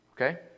Okay